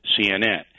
CNN